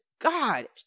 God